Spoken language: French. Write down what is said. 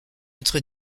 être